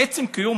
עצם הקיום,